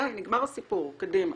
די, נגמר הסיפור, קדימה.